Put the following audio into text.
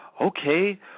Okay